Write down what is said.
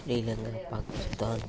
Sri Lanka Pakistan